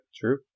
True